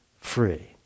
free